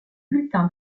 bulletin